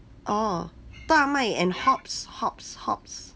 orh 大麦 and hops hops hops